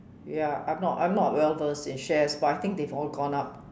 ya I'm not I'm not well versed in shares but I think they've all gone up